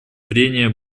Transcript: прения